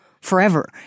forever